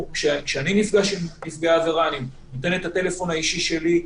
כשאני נפגש עם נפגעי עבירה אני נותן להם את מספר הטלפון האישי שלי,